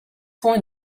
going